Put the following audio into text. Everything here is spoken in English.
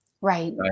Right